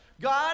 God